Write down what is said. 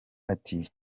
ati